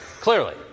Clearly